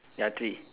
ya three